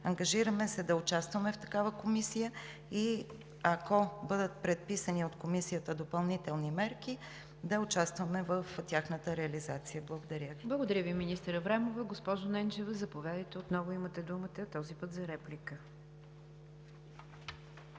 Ангажираме се да участваме в такава комисия и, ако бъдат предписани от Комисията допълнителни мерки, да участваме в тяхната реализация. Благодаря Ви. ПРЕДСЕДАТЕЛ НИГЯР ДЖАФЕР: Благодаря Ви, министър Аврамова. Госпожо Ненчева, заповядайте, отново имате думата – този път за реплика.